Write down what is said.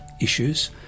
issues